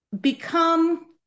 become